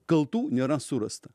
kaltų nėra surasta